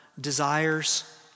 desires